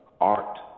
art